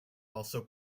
also